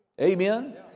Amen